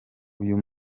uyu